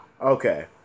Okay